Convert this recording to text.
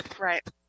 right